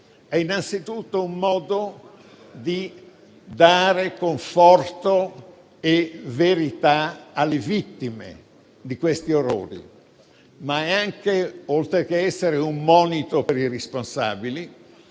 è anzitutto un modo di dare conforto e verità alle vittime di questi orrori. Oltre che essere un monito per i responsabili,